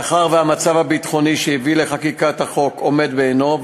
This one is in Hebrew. מאחר שהמצב הביטחוני שהביא לחקיקת החוק עומד בעינו,